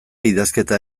idazketa